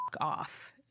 off